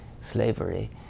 slavery